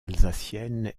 alsacienne